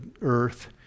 earth